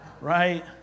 right